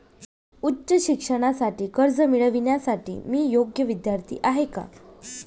उच्च शिक्षणासाठी कर्ज मिळविण्यासाठी मी योग्य विद्यार्थी आहे का?